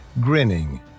grinning